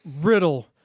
riddle